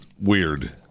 weird